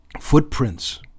footprints